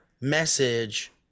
message